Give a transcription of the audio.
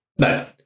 No